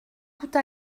coûte